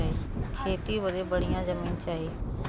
खेती बदे बढ़िया जमीन चाही